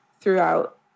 throughout